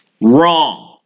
Wrong